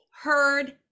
heard